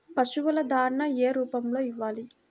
పశువుల దాణా ఏ రూపంలో ఇవ్వాలి?